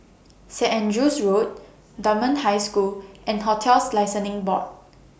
Saint Andrew's Road Dunman High School and hotels Licensing Board